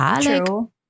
True